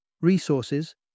resources